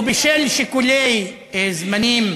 ובשל שיקולי זמנים,